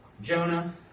Jonah